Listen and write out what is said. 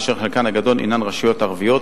אשר חלקן הגדול הן רשויות ערביות.